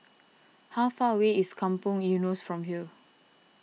how far away is Kampong Eunos from here